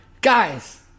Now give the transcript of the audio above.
guys